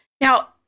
Now